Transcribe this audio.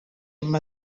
amb